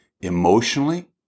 emotionally